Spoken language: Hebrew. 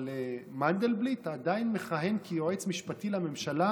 אבל מנדלבליט עדיין מכהן כיועץ משפטי לממשלה,